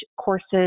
courses